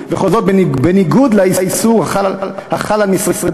וכל זאת בניגוד לאיסור החל על משרדי